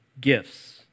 gifts